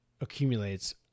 accumulates